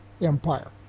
empire